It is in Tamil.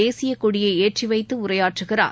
தேசிய கொடியை ஏற்றிவைத்து உரையாற்றுகிறார்